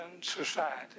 society